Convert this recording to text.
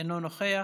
אינו נוכח.